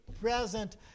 present